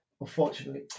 Unfortunately